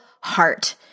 heart